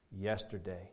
yesterday